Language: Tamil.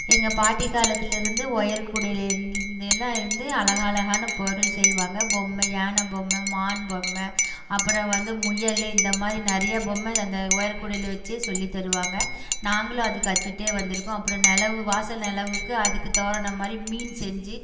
எங்கள் பாட்டி காலத்திலருந்து ஒயர் கூடையில் எல்லாம் இருந்து அழகாக அழகான பொருள் செய்வாங்கள் பொம்மை யானை பொம்மை மான் பொம்மை அப்புறம் வந்து முயல் இந்த மாதிரி நிறையா பொம்மை அந்த ஒயர் கூடையில் வச்சே சொல்லித் தருவாங்கள் நாங்களும் அது கத்துகிட்டே வந்திருக்கோம் அப்புறம் நிலவு வாச நிலவுக்கு அதுக்கு தோரணம் மாதிரி மீன் செஞ்சு